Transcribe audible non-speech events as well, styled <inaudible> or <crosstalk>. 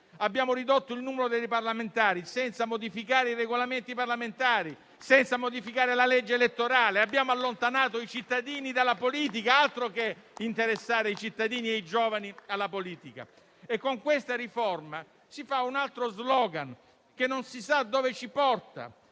Abbiamo ridotto il numero dei parlamentari senza modificare i Regolamenti parlamentari e senza modificare la legge elettorale. <applause> Abbiamo allontanato i cittadini dalla politica, altro che interessare i cittadini e i giovani alla politica! Con questa riforma si fa un altro *slogan*, che non si sa dove ci porta.